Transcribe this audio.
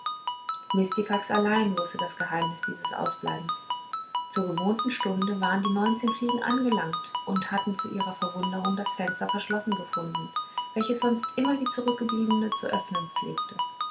mistifax allein wußte das geheimnis dieses ausbleibens zur gewohnten stunde waren die neunzehn fliegen angelangt und hatten zu ihrer verwunderung das fenster verschlossen gefunden welches sonst immer die zurückgebliebene zu öffnen pflegte